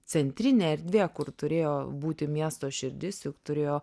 centrinė erdvė kur turėjo būti miesto širdis juk turėjo